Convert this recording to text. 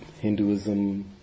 Hinduism